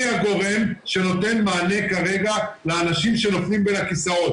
הגורם שנותן מענה כרגע לאנשים שנופלים בין הכיסאות.